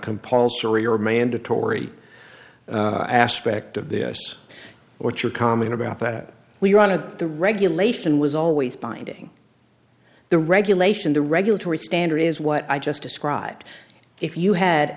compulsory or mandatory aspect of this what your comment about that we are on of the regulation was always binding the regulation the regulatory standard is what i just described if you had